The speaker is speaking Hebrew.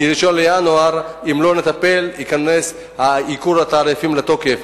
כי ב-1 בינואר ייכנס הייקור לתוקף.